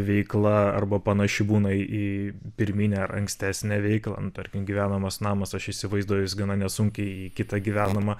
veikla arba panaši būna į pirminę ar ankstesnę veiklą nu tarkim gyvenamas namas aš įsivaizduoju jis gana nesunkiai kitą gyvenamą